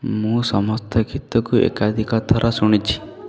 ମୁଁ ସମସ୍ତେ ଗୀତକୁ ଏକାଧିକ ଥର ଶୁଣିଛି